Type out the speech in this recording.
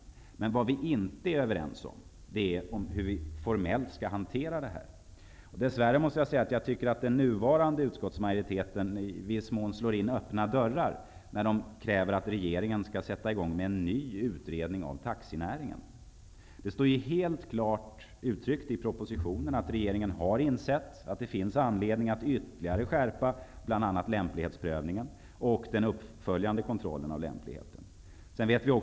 Vad vi inte är överens om är hur vi formellt skall hantera det. Dessvärre tycker jag att den nuvarande utskottsmajoriteten i viss mån slår in öppna dörrar när de kräver att regeringen skall sätta i gång med en ny utredning av taxinäringen. Det står ju helt klart uttryckt i propositionen att regeringen har insett att det finns anledning att ytterligare skärpa bl.a. lämplighetsprövningen och den uppföljande kontrollen av lämpligheten.